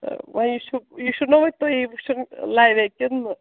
تہٕ وۅنۍ یے چھُکھ یہِ چھُنا وۅنۍ تُہۍ وُچھُن لَوے کِنہٕ نہٕ